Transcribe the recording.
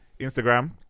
Instagram